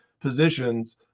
positions